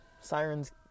sirens